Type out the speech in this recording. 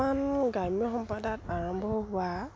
বৰ্তমান গ্ৰাম্য সম্প্ৰদায়ত আৰম্ভ হোৱা